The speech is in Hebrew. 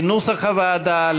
כנוסח הוועדה,